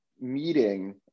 meeting